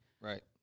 Right